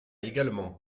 également